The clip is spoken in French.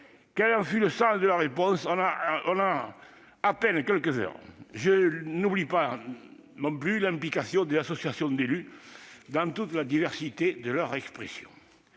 quel que fût le sens de leur réponse, en à peine quelques heures. Je n'oublie pas non plus l'implication des associations d'élus, dans toute la diversité de leur expression.